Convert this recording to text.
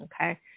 okay